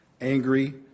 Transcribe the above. angry